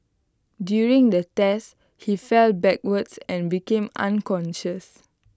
during the test he fell backwards and became unconscious